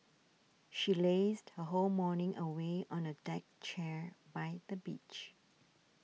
she lazed her whole morning away on a deck chair by the beach